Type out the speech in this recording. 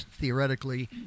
theoretically